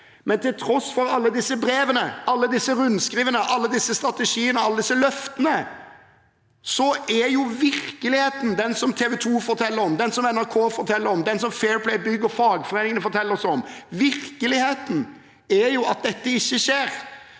Men til tross for alle disse brevene, alle disse rundskrivene, alle disse strategiene og alle disse løftene er virkeligheten den TV 2 forteller om, den NRK forteller om, den Fair Play Bygg og fagforeningene forteller oss om. Virkeligheten er jo at dette ikke skjer.